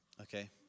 okay